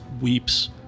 weeps